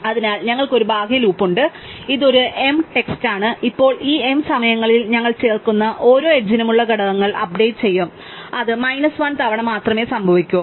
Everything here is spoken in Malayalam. അതിനാൽ ഞങ്ങൾക്ക് ഒരു ബാഹ്യ ലൂപ്പ് ഉണ്ട് ഇത് ഒരു m ടെക്സ്റ്റാണ് ഇപ്പോൾ ഈ m സമയങ്ങളിൽ ഞങ്ങൾ ചേർക്കുന്ന ഓരോ എഡ്ജിനുമുള്ള ഘടകങ്ങൾ അപ്ഡേറ്റ് ചെയ്യും അത് മൈനസ് 1 തവണ മാത്രമേ സംഭവിക്കൂ